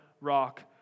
rock